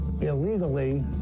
illegally